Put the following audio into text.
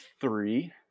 three